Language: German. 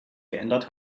geändert